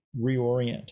reorient